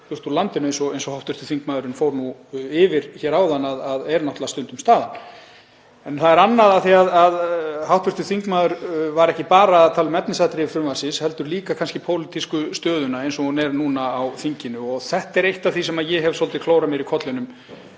fólkinu úr landinu, eins og hv. þingmaður fór yfir hér áðan að sé stundum staðan. En það er annað, af því að hv. þingmaður var ekki bara að tala um efnisatriði frumvarpsins heldur líka kannski pólitísku stöðuna eins og hún er núna á þinginu, og þetta er eitt af því sem ég hef svolítið klórað mér í kollinum